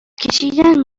کشیدن